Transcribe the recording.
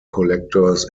collectors